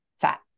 fat